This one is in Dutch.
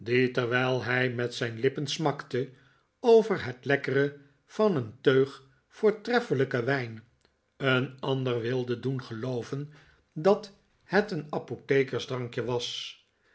terwijl hij met zijn lippen smakte over het lekkere van een teug voortreffelijken wijn een ander wilde doen gelooven dat het een apothekersdrankje was